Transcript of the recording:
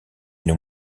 une